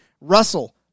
Russell